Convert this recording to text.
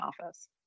office